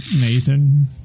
Nathan